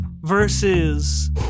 versus